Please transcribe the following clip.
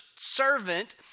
servant